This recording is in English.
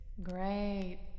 Great